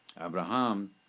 Abraham